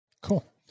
Cool